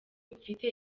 mfite